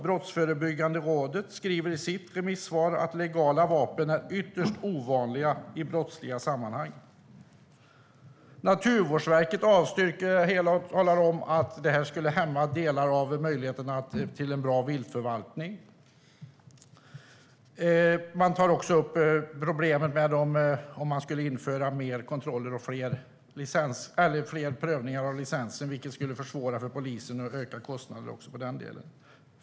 Brottsförebyggande rådet, Brå, skriver i sitt remissvar att legala vapen är ytterst ovanliga i brottsliga sammanhang. Naturvårdsverket avstyrker det hela och talar om att det skulle hämma möjligheten att få till en bra viltförvaltning. Det tas också upp att problemen med att fler kontroller och fler prövningar av licenser skulle försvåra för polisen, och öka kostnaderna också för den delen.